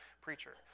preacher